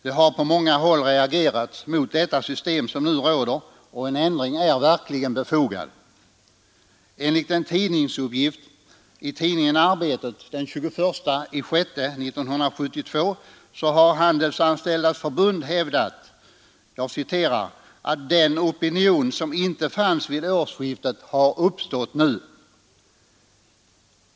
Det har på många håll reagerats mot det system som nu råder, och en ändring är verkligen befogad. Enligt en uppgift i tidningen Arbetet den 21 juni 1972 har Handelsanställdas förbund hävdat: ”——— den opinion som inte fanns vid årsskiftet har uppstått nu”.